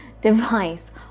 device